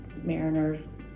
Mariners